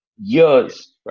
years